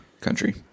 country